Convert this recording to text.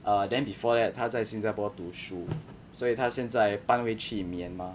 err then before that 他在新加坡读书所以他现在搬回去 myanmar